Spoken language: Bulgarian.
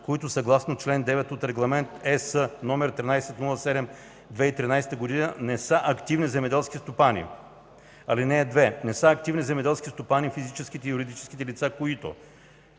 които съгласно чл. 9 от Регламент (ЕС) № 1307/2013 не са активни земеделски стопани. (2) Не са активни земеделски стопани физическите и юридическите лица, които: